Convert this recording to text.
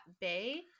bay